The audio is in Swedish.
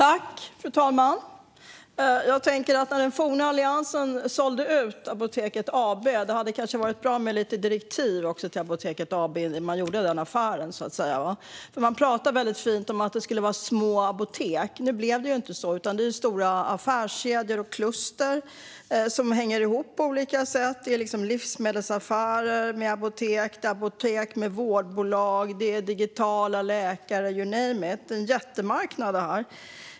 Fru talman! När den forna alliansen sålde ut Apoteket AB hade det kanske varit bra med lite direktiv kring den affären. Man pratade väldigt fint om små apotek. Nu blev det inte så, utan det är stora affärskedjor och kluster som hänger ihop på olika sätt. Det är till exempel livsmedelsaffärer med apotek, apotek med vårdbolag, digitala läkare - you name it. Det är en jättemarknad.